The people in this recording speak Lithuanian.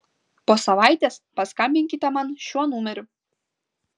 po savaitės paskambinkite man šiuo numeriu